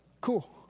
cool